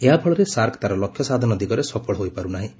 ଏହାଫଳରେ ସାର୍କ ତା'ର ଲକ୍ଷ୍ୟ ସାଧନ ଦିଗରେ ସଫଳ ହୋଇପାରୁ ନାହିଁ